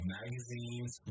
magazines